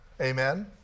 Amen